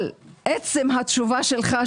אבל עצם התשובה שלך,